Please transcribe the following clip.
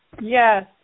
Yes